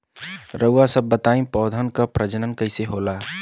रउआ सभ बताई पौधन क प्रजनन कईसे होला?